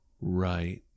right